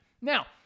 Now